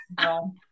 no